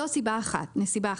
זאת נסיבה אחת.